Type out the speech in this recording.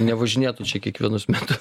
nevažinėtų čia kiekvienus metų